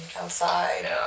outside